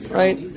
right